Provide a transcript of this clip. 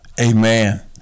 Amen